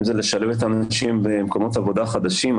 אם זה לשלב את האנשים במקומות עבודה חדשים,